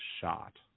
shot